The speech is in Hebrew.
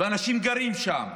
ואנשים גרים שם,